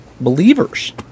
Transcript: believers